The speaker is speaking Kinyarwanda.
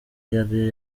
yari